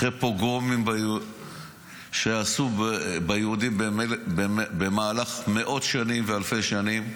אחרי פוגרומים שעשו ביהודים במהלך מאות שנים ואלפי שנים.